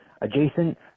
adjacent